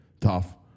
tough